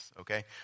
okay